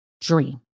dream